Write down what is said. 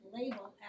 label